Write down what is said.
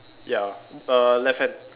ya err left hand